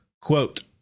Quote